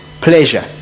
pleasure